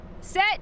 set